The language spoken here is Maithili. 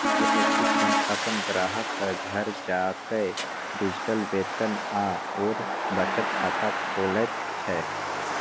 एक्सिस बैंक अपन ग्राहकक घर जाकए डिजिटल वेतन आओर बचत खाता खोलैत छै